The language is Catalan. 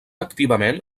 activament